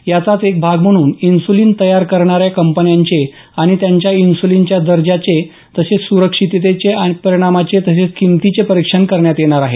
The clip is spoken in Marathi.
याचाच एक भाग म्हणून इन्सुलिन तयार करणाऱ्या कंपन्यांचे आणि त्यांच्या इन्सुलिनच्या दर्जाचे सुरक्षिततेचे आणि परिणामाचे तसेच किंमतीचे परिक्षण करण्यात येणार आहे